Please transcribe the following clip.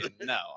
no